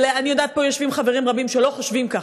אני יודעת שפה יושבים חברים רבים שלא חושבים כך,